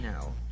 No